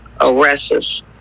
arrests